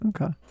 Okay